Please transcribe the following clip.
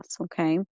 okay